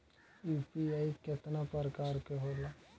UPI केतना प्रकार के होला?